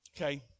Okay